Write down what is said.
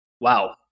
Wow